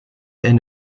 end